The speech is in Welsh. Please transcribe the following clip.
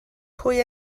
pwy